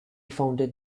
founded